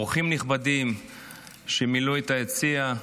אורחים נכבדים שמילאו את היציע,